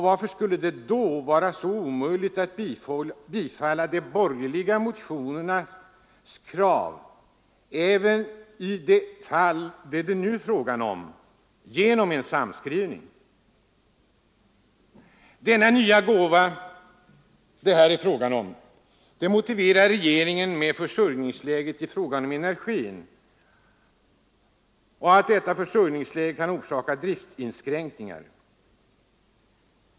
Varför skulle det då vara så omöjligt att biträda de borgerliga motionernas krav även i det fall det nu är fråga om genom en samskrivning? Denna nya gåva motiverar regeringen med försörjningsläget i fråga om energi, vilket kan orsaka driftinskränkningar.